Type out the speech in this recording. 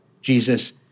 Jesus